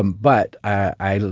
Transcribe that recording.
um but i,